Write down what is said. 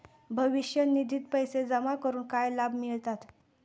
भविष्य निधित पैसे जमा करून काय लाभ मिळतात?